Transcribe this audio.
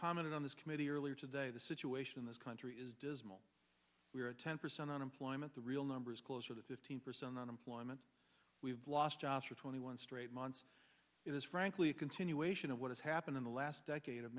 commented on this committee earlier today the situation in this country is dismal we're at ten percent unemployment the real number is closer to fifteen percent unemployment we've lost jobs for twenty one straight months it is frankly a continuation of what has happened in the last decade of